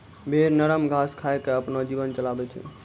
भेड़ नरम घास खाय क आपनो जीवन चलाबै छै